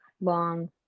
long